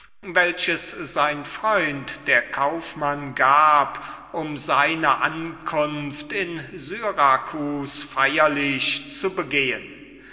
welches sein freund der kaufmann des folgenden tages gab um agathons ankunft in syracus und seine eigene wiederkunft feirlich zu begehen